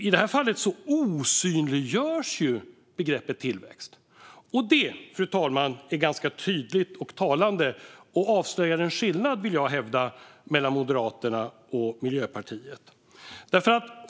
I det här fallet osynliggörs ju begreppet "tillväxt" - och det, fru talman, är ganska talande. Det avslöjar en skillnad mellan Moderaterna och Miljöpartiet, vill jag hävda.